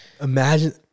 Imagine